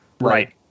right